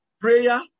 Prayer